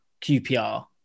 QPR